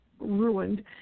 ruined